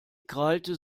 krallte